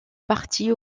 partie